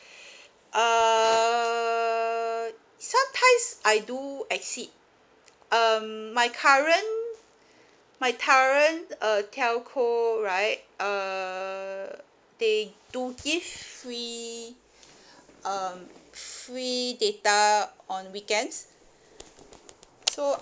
err sometimes I do exceed um my current my current uh telco right err they do give free um free data on weekends so